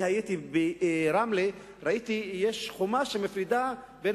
הייתי ברמלה וראיתי שיש שם חומה שמפרידה בין